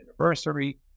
anniversary